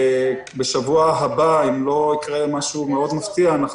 ובשבוע הבא אם לא יקרה משהו מפתיע מאוד